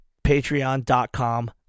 patreon.com